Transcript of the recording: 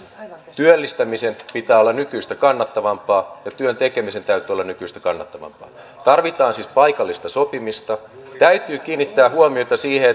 työllistämisen pitää olla nykyistä kannattavampaa ja työn tekemisen täytyy olla nykyistä kannattavampaa tarvitaan siis paikallista sopimista täytyy kiinnittää huomiota siihen